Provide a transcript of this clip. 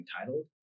entitled